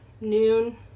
noon